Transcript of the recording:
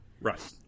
Right